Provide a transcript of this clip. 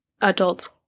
adults